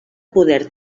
poder